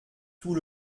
tout